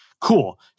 Cool